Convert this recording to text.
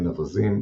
עין אווזים,